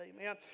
amen